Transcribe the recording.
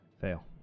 Fail